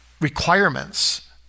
Requirements